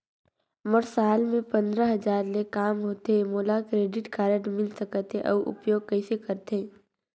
मोर साल मे पंद्रह हजार ले काम होथे मोला क्रेडिट कारड मिल सकथे? अउ उपयोग कइसे करथे?